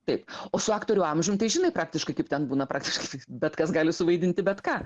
taip o su aktorių amžium tai žinai praktiškai kaip ten būna praktiškai su jais bet kas gali suvaidinti bet ką